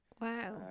Wow